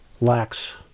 lacks